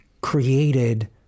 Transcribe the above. created